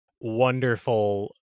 wonderful